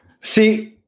See